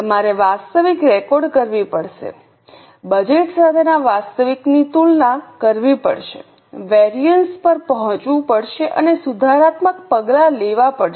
તમારે વાસ્તવિક રેકોર્ડ કરવી પડશે બજેટ સાથેના વાસ્તવિકની તુલના કરવી પડશે વેરિઅન્સ પર પહોંચવું પડશે અને સુધારાત્મક પગલાં લેવા પડશે